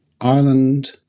Ireland